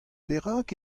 perak